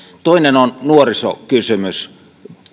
toinen on nuorisokysymys